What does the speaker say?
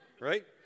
right